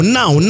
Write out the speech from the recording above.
now